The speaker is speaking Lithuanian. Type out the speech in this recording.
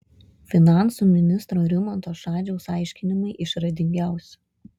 finansų ministro rimanto šadžiaus aiškinimai išradingiausi